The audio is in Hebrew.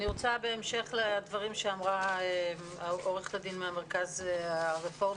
אני רוצה בהמשך לדברים שאמרה עורכת הדין מהמרכז הרפורמי,